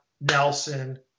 Nelson